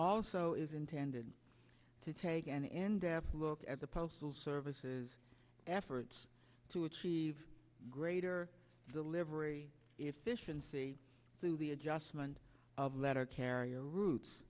also is intended to take an in depth look at the postal service's efforts to achieve greater delivery efficiency through the adjustment of letter carrier ro